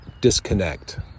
disconnect